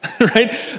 right